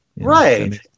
Right